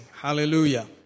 Hallelujah